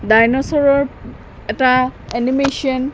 ডাইনছৰৰ এটা এনিমেশচন